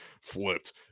flipped